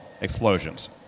explosions